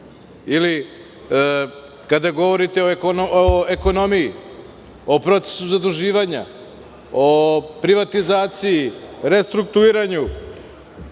Ili, kada govorite o ekonomiji, o procesu zaduživanja, o privatizaciji, o restrukturiranju.